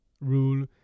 rule